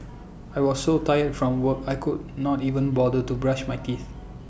I was so tired from work I could not even bother to brush my teeth